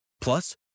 Plus